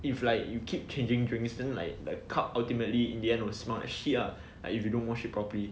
if like you keep changing drinks then like like the cup ultimately in the end will smell like shit lah like if you don't wash it properly